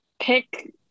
pick